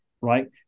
right